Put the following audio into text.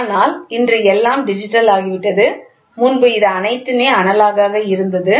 ஆனால் இன்று எல்லாம் டிஜிட்டலாகிவிட்டது முன்பு இது அனைத்துமே அனலாக் ஆக இருந்தது